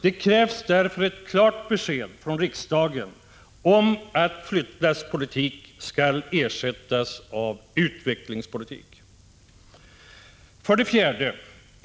Det krävs därför ett klart besked från riksdagen om att flyttlasspolitik skall ersättas av utvecklingspolitik. 4.